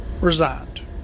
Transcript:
resigned